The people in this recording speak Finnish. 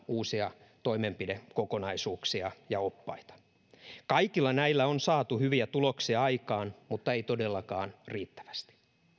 uusia toimenpidekokonaisuuksia ja oppaita jälleen valmistellaan kaikilla näillä on saatu hyviä tuloksia aikaan mutta ei todellakaan riittävästi